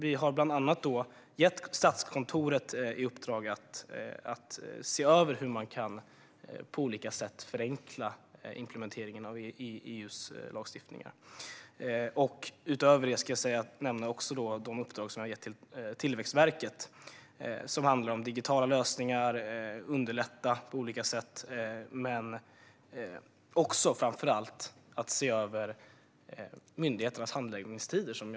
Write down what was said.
Vi har bland annat gett Statskontoret i uppdrag att se över hur man kan förenkla implementeringen av EU-lagstiftning på olika sätt. Utöver det ska jag nämna de uppdrag som har getts till Tillväxtverket om digitala lösningar och om att underlätta på olika sätt. Men framför allt ska myndigheternas handläggningstider ses över.